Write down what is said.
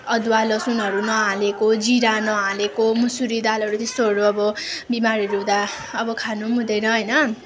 अदुवा लसुनहरू नहालेको जिरा नहालेको मुसुरी दालहरू त्यस्तोहरू अब बिमारहरू हुँदा अब खानु पनि हुँदैन होइन